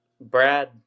Brad